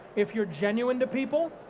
if you're genuine to people,